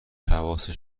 حواسش